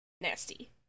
Nasty